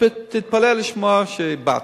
ותתפלא לשמוע שבאתי.